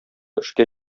эшкә